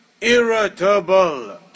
irritable